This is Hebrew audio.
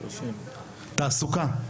תעסוקה,